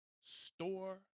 store